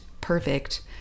perfect